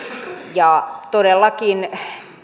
ja todellakin